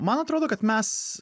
man atrodo kad mes